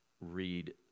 read